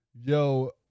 Yo